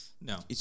No